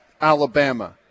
Alabama